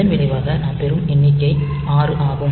இதன் விளைவாக நாம் பெறும் எண்ணிக்கை 6 ஆகும்